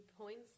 points